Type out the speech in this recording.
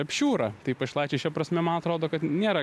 apšiūra tai pašilaičiai šia prasme man atrodo kad nėra